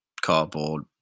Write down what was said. cardboard